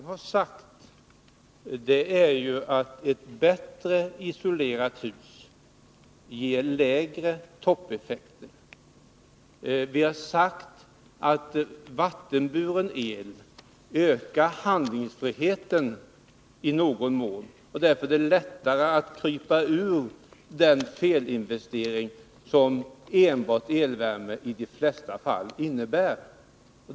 Herr talman! Vad centern har sagt är att ett bättre isolerat hus ger lägre toppeffekt. Vi har sagt att vattenburen el i någon mån ökar handlingsfriheten, och därför är det lättare att krypa ur den felinvestering som enbart elvärme i de flesta fall innebär.